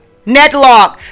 netlock